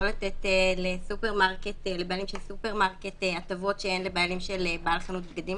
לא לתת לבעלים של סופרמרקט הטבות שאין לבעלים של בעל חנות בגדים,